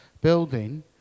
building